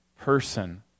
person